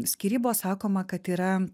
skyrybos sakoma kad yra